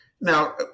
Now